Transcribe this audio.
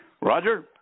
Roger